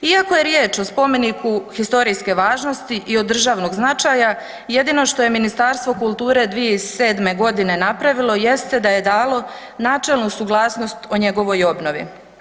Iako je riječ o spomeniku historijske važnosti i od državnog značaja, jedino što je Ministarstvo kulture 2007. g. napravilo jeste da je dalo načelnu suglasnost o njegovoj obnovi.